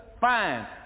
Fine